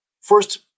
first